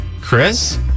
Chris